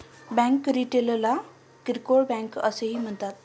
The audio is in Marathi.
बँक रिटेलला किरकोळ बँक असेही म्हणतात